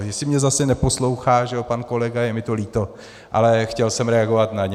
Jestli mě zase neposlouchá, že ano, pan kolega, je mi to líto, ale chtěl jsem reagovat na něj.